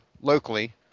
locally